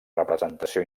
representació